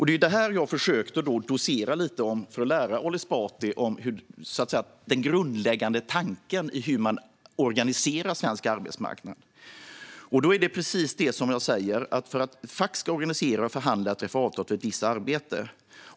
Det är vad jag försökte docera lite om för att lära Ali Esbati den grundläggande tanken i hur man organiserar svensk arbetsmarknad. Det är precis det som jag säger. Ett fack ska organisera och förhandla ett avtal för ett visst arbete.